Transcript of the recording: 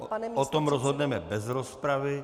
O tom rozhodneme bez rozpravy.